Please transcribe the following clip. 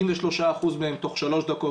93% מהם קיבלו אישור תוך שלוש דקות,